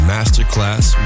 Masterclass